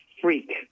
freak